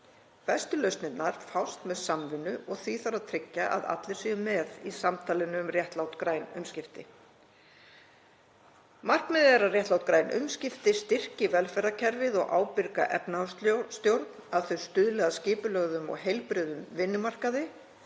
Bestu lausnirnar fást með samvinnu og því þarf að tryggja að allir séu með í samtalinu um réttlát græn umskipti. Markmiðið er að réttlát græn umskipti styrki velferðarkerfið og ábyrga efnahagsstjórn, og að þau stuðli að skipulögðum og heilbrigðum vinnumarkaði.